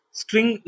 string